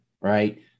right